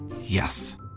Yes